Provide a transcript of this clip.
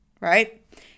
right